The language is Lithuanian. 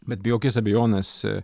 bet be jokios abejonės